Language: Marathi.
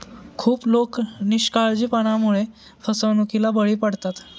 खूप लोक निष्काळजीपणामुळे फसवणुकीला बळी पडतात